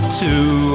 two